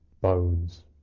bones